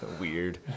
Weird